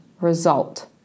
result